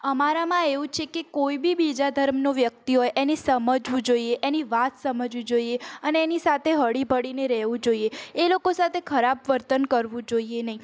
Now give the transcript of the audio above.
અમારામાં એવું છે કે કોઇ બી બીજા ધર્મનો વ્યક્તિ હોય એની સમજવું જોઈએ એની વાત સમજવી જોઈએ અને એની સાથે હળી ભળીને રહેવું જોઈએ એ લોકો સાથે ખરાબ વર્તન કરવું જોઈએ નહીં